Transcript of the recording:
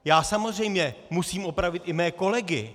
Já samozřejmě musím opravit i mé kolegy.